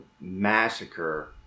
massacre